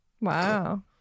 wow